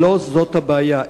לא זאת הבעיה.